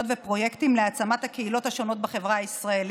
ופרויקטים להעצמת הקהילות השונות בחברה הישראלית.